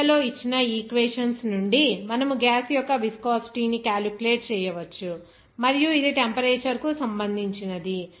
స్లైడ్లలో ఇచ్చిన ఈక్వేషన్స్ నుండి మనము గ్యాస్ యొక్క విస్కోసిటీ ని క్యాలిక్యులేట్ చేయవచ్చు మరియు ఇది టెంపరేచర్ కి సంబంధించినది